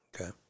okay